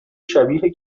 شبیه